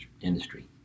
industry